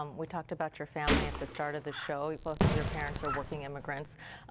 um we talked about your family at the start of the show. both of your parents are working immigrants.